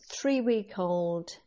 three-week-old